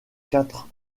quatre